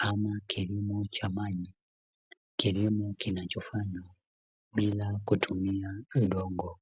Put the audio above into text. ama kilimo cha maji. Kilimo kinachofanywa bila kutumia udongo.